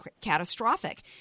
catastrophic